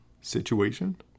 situation